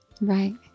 Right